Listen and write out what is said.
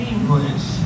English